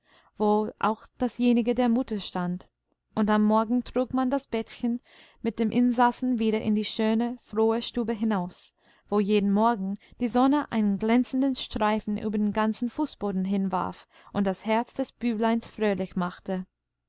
wo auch dasjenige der mutter stand und am morgen trug man das bettchen mit dem insassen wieder in die schöne frohe stube hinaus wo jeden morgen die sonne einen glänzenden streifen über den ganzen fußboden hinwarf und das herz des bübleins fröhlich machte